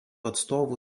atstovų